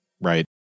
right